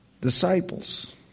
disciples